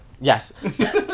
yes